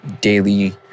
daily